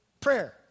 Prayer